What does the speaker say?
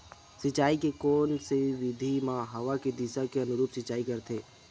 सिंचाई के कोन से विधि म हवा के दिशा के अनुरूप सिंचाई करथे?